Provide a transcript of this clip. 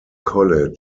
college